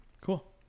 Cool